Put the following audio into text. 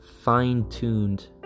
Fine-tuned